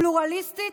פלורליסטית,